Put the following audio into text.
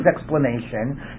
explanation